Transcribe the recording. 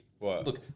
Look